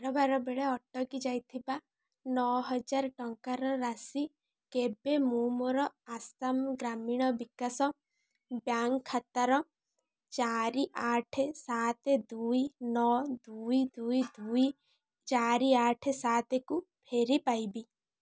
କାରବାର ବେଳେ ଅଟକି ଯାଇଥିବା ନଅ ହାଜର ଟଙ୍କାର ରାଶି କେବେ ମୁଁ ମୋର ଆସାମ୍ ଗ୍ରାମୀଣ ବିକାଶ ବ୍ୟାଙ୍କ୍ ଖାତାର ଚାରି ଆଠେ ସାତେ ଦୁଇ ନଅ ଦୁଇ ଦୁଇ ଦୁଇ ଚାରି ଆଠେ ସାତେ କୁ ଫେରି ପାଇବି